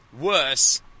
worse